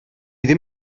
ddim